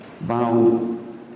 bound